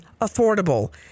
affordable